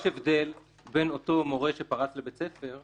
הרי יש הבדל בין אותו מורה שפרץ לבית הספר,